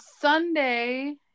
Sunday